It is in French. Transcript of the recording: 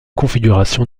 configurations